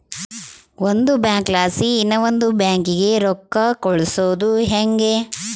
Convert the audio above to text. ಒಂದು ಬ್ಯಾಂಕ್ಲಾಸಿ ಇನವಂದ್ ಬ್ಯಾಂಕಿಗೆ ರೊಕ್ಕ ಕಳ್ಸೋದು ಯಂಗೆ